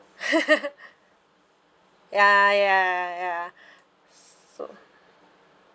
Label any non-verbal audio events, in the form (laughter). (laughs) ya ya ya so